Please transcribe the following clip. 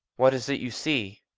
what is it you see?